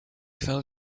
fell